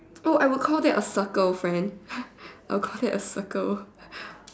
oh I would call that a circle friend I would call that a circle